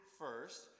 first